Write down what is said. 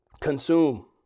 consume